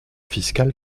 fiscal